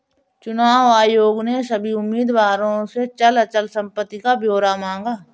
चुनाव आयोग ने सभी उम्मीदवारों से अचल संपत्ति का ब्यौरा मांगा